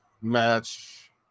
match